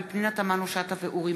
תודה.